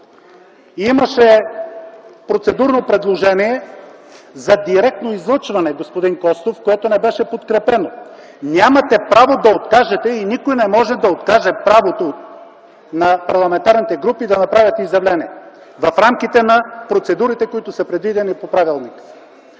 Имаше процедурно предложение за директно излъчване, господин Костов, което не беше подкрепено. Нямате право да откажете и никой не може да откаже правото на парламентарните групи да направят изявление в рамките на процедурите, които са предвидени по правилник,